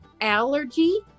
allergy